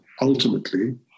ultimately